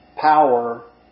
power